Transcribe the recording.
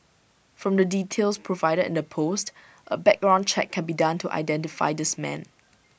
from the details provided in the post A background check can be done to identify this man